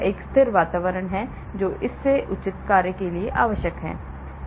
यह एक स्थिर वातावरण है जो इन के उचित कार्य के लिए आवश्यक है